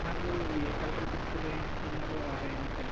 వాళ్ళు ఏ కలరు దుస్తులు వేసుకున్నారు అలా ఏమైనా తెలుసా